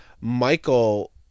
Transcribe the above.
Michael